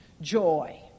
joy